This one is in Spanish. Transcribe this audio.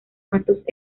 cuantos